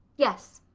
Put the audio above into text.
yes,